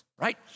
right